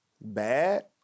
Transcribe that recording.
bad